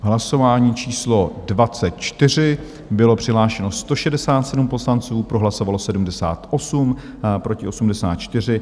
Hlasování číslo 24, bylo přihlášeno 167 poslanců, pro hlasovalo 78, proti 84.